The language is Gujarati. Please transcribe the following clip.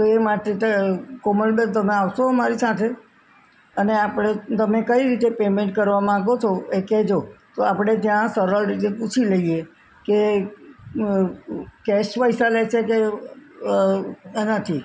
તો એ માટે કોમલબેન તમે આવશો અમારી સાથે અને આપણે તમે કઈ રીતે પેમેન્ટ કરવા માગો છો એ કહેજો તો આપણે ત્યાં સરળ રીતે પૂછી લઈએ કે એ કેશ પૈસા લેશે કે એનાથી